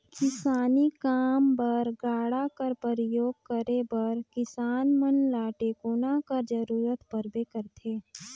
किसानी काम बर गाड़ा कर परियोग करे बर किसान मन ल टेकोना कर जरूरत परबे करथे